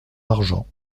argens